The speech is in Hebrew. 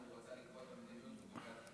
בבקשה,